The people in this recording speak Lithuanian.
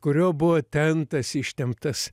kurio buvo tentas ištemptas